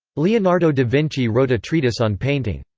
leonardo da vinci wrote a treatise on painting.